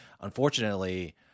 unfortunately